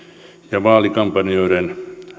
ja vaalikampanjoiden